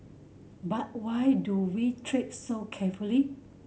but why do we tread so carefully